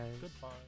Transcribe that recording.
Goodbye